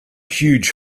huge